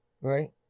Right